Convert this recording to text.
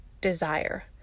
desire